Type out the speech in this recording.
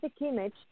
image